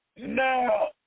Now